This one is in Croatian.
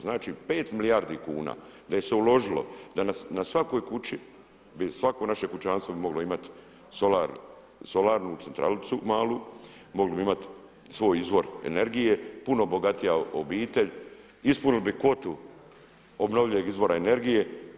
Znači 5 milijardi kuna da se je uložilo, da na svakoj kući, svako naše kućanstvo bi moglo imati solarnu centralicu malu, mogli bi imati svoj izvor energije, puno bogatija obitelj, ispunili bi kvotu obnovljivog izvora energije.